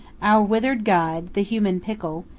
our withered guide, the human pickle,